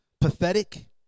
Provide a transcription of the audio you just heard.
pathetic